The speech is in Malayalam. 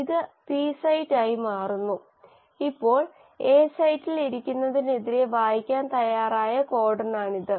ഇത് പി സൈറ്റായി മാറുന്നു ഇപ്പോൾ എ സൈറ്റിൽ ഇരിക്കുന്നതിനെതിരെ വായിക്കാൻ തയ്യാറായ കോഡണാണിത്